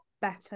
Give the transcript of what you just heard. better